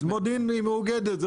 מודיעין מאוגדת,